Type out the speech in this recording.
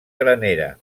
granera